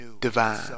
divine